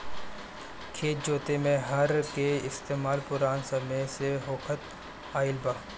खेत जोते में हर के इस्तेमाल पुरान समय से होखत आइल बा